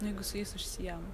nu jeigu su jais užsiema